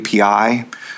API